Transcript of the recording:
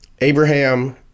Abraham